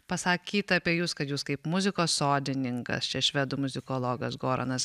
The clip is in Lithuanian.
pasakyta apie jus kad jūs kaip muzikos sodininkas čia švedų muzikologas goranas